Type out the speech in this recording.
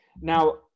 Now